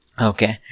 Okay